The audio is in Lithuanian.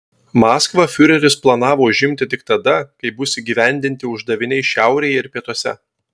maskvą fiureris planavo užimti tik tada kai bus įgyvendinti uždaviniai šiaurėje ir pietuose